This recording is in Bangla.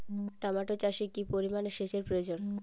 টমেটো চাষে কি পরিমান সেচের প্রয়োজন?